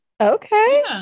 Okay